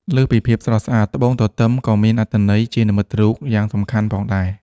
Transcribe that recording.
លើសពីភាពស្រស់ស្អាត ត្បូងទទឹមក៏មានអត្ថន័យជានិមិត្តរូបយ៉ាងសំខាន់ផងដែរ។